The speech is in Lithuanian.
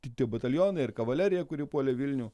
kiti batalionai ir kavalerija kuri puolė vilnių